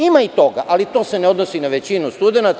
Ima i toga, ali to se ne odnosi na većinu studenata.